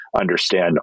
understand